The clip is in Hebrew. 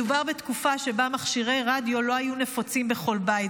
מדובר בתקופה שבה מכשירי רדיו לא היו נפוצים בכל בית,